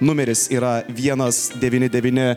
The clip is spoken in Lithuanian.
numeris yra vienas devyni devyni